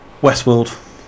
Westworld